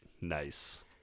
Nice